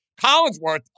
Collinsworth